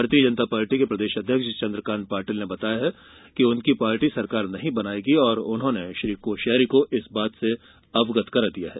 भारतीय जनता पार्टी के प्रदेश अध्यक्ष चंद्रकांत पाटिल ने बताया है कि उनकी पार्टी सरकार नहीं बनाएगी और श्री कोश्यारी को इस बात से अवगत करा दिया गया है